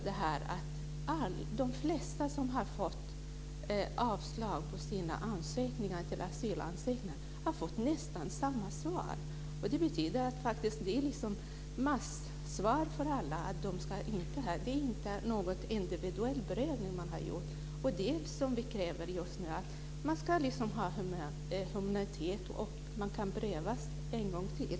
De flesta som har fått avslag på sina asylansökningar har fått nästan samma svar. Det betyder att det finns ett svar för alla. Man har inte gjort någon individuell prövning. Det vi kräver är att man ska visa humanitet och att man ska pröva skälen en gång till.